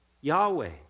Yahweh